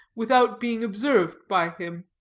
without being observed by him.